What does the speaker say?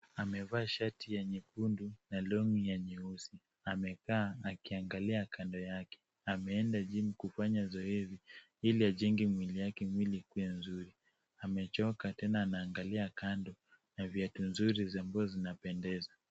Amevaa shati ya nyekundu na long'i ya nyeusi, amekaa akiangalia kando yake. Ameenda gym kufanya zoezi ili ajenge mwili yake mwili ikuwe nzuri. Amechoka tena anaangalia kando na viatu nzuri na nguo zinapendeza.